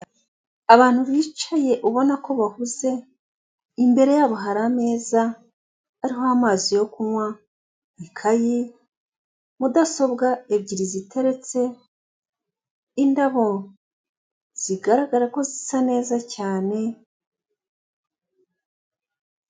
Abantu bicaye ubona ko bahuze imbere yabo hari ameza, ariho amazi yo kunywa, ikayi, mudasobwa ebyiri ziteretse, indabo zigaragara ko zisa neza cyane-